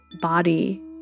body